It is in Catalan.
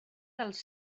dels